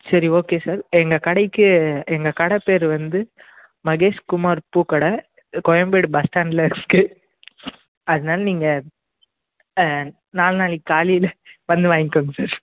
சரி okay sir எங்கள் கடைக்கு எங்கள் கடை பேயரு வந்து மகேஷ்குமார் பூக்கடை கோயம்பேடு பஸ் ஸ்டாண்ட்டில் இருக்குது அதனால நீங்கள் நாளான்னைக்கு நாளைக்கு காலையில் வந்து வாங்கிக்கோங்க சார்